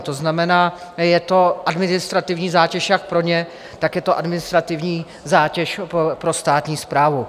To znamená, je to administrativní zátěž jak pro ně, tak je to administrativní zátěž pro státní správu.